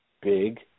big